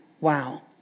wow